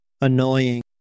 annoying